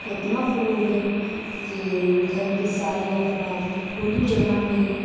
اتنا فروغ دیں کہ گھر کے سارے افراد اردو جبان میں ہی